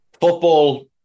Football